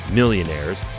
millionaires